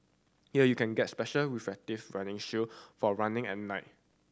here you can get special reflective running shoe for running at night